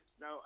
Now